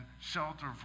shelter